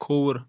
کھووُر